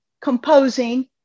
composing